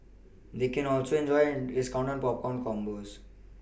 they can also enjoy discounts on popcorn combos